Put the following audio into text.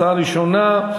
הצעה ראשונה: